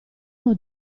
uno